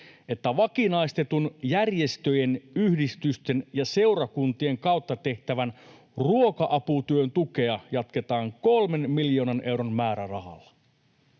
että vakinaistetun järjestöjen, yhdistysten ja seurakuntien kautta tehtävän ruoka-aputyön tukea jatketaan kolmen miljoonan euron määrärahalla.